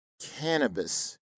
cannabis